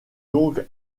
donc